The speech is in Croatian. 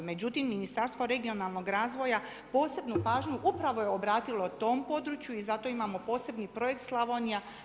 Međutim, Ministarstvo regionalnog razvoja posebnu pažnju upravo je obratilo tom području i zato imamo posebni projekt Slavonija.